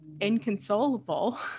inconsolable